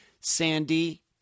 Sandy